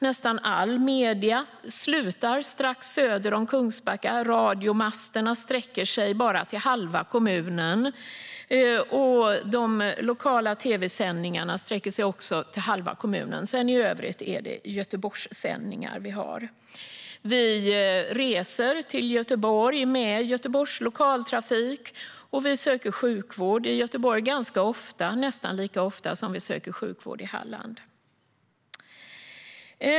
Nästan alla sändningar slutar strax söder om Kungsbacka. Radiomasterna sträcker sig bara till halva kommunen, liksom de lokala tv-sändningarna. I övrigt är det Göteborgssändningar vi har. Vi reser till Göteborg med Göteborgs lokaltrafik, och vi söker sjukvård i Göteborg ganska ofta - nästan lika ofta som vi söker sjukvård i Halland.